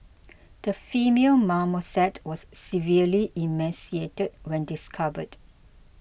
the female marmoset was severely emaciated when discovered